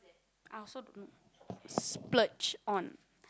I also don't know splurge on